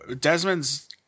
Desmond's